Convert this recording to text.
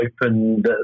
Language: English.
opened